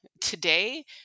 today